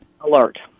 alert